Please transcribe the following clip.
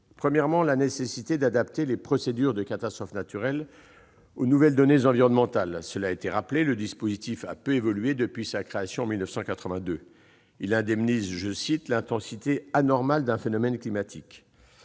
Premièrement, il est nécessaire d'adapter les procédures d'indemnisation des catastrophes naturelles aux nouvelles données environnementales. Cela a été rappelé, le dispositif a peu évolué depuis sa création en 1982. Il indemnise « l'intensité anormale d'un phénomène climatique ».